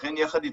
ולכן יחד איתך,